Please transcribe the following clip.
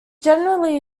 generally